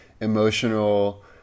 emotional